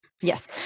Yes